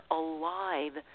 alive